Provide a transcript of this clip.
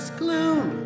gloom